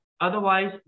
otherwise